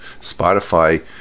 Spotify